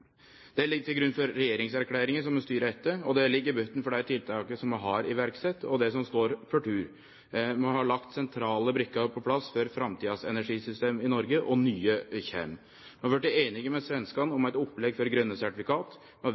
Det ligg til grunn for regjeringserklæringa som vi styrer etter, og det ligg i botnen for dei tiltaka som vi har sett i verk, og dei som står for tur. Vi har lagt sentrale brikker på plass for framtidas energisystem i Noreg, og nye kjem. Vi har blitt einige med svenskane om eit opplegg for